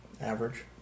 Average